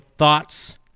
thoughts